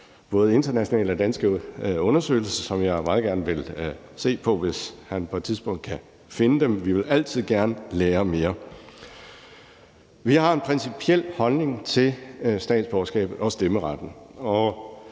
både internationale og danske undersøgelser, som jeg meget gerne vil se på, hvis han på et tidspunkt kan finde dem. Vi vil altid gerne lære mere. Vi har en principiel holdning til statsborgerskabet og stemmeretten.